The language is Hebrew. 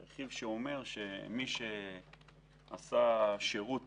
רכיב שאומר שמי שעשה שירות